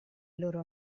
loro